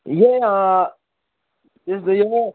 यही त्यस्तै